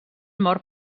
mort